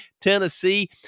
Tennessee